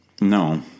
No